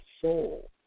soul